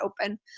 open